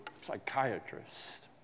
psychiatrist